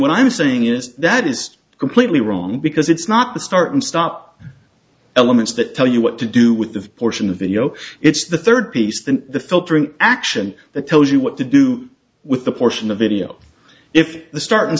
what i'm saying is that is completely wrong because it's not the start and stop elements that tell you what to do with the portion of video it's the third piece than the filtering action that tells you what to do with the portion of video if the start and